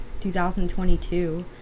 2022